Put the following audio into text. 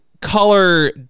color